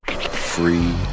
Free